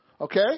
Okay